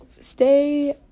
stay